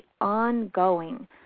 ongoing